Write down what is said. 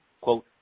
quote